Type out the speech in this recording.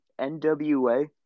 NWA